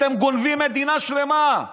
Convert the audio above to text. אתם גונבים מדינה שלמה.